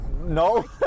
No